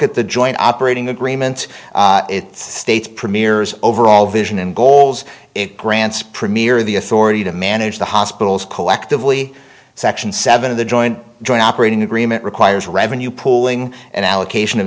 at the joint operating agreement it states premiers overall vision and goals it grants premier the authority to manage the hospitals collectively section seven of the joint joint operating agreement requires revenue pooling and allocation of